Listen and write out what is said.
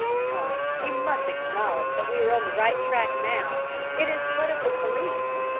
come, you must acknowledge that we are on the right track now it is one of the police,